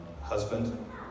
husband